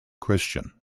christian